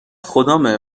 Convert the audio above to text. خدامه